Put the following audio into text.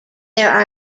there